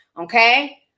Okay